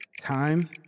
Time